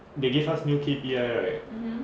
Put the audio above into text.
they give us new K_P_I right